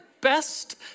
best